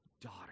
Daughter